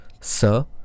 Sir